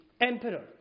emperor